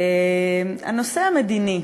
תודה, הנושא המדיני,